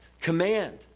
command